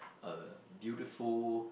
a beautiful